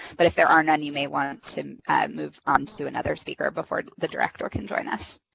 but if there are none, you may want to move on to another speaker before the director can join us.